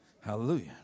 Hallelujah